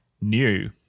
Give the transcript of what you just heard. new